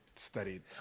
studied